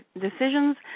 decisions